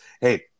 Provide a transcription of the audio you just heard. hey